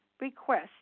request